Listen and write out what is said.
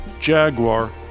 Jaguar